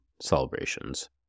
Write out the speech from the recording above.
celebrations